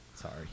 sorry